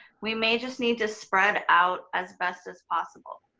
we may just need to spread out as best as possible.